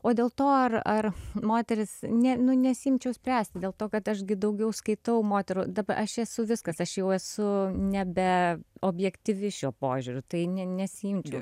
o dėl to ar ar moteris nė nu nesiimčiau spręsti dėl to kad aš gi daugiau skaitau moterų dabar aš esu viskas aš jau esu nebe objektyvi šiuo požiūriu tai ne ne nesiimčiau